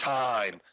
time